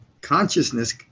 consciousness